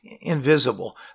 invisible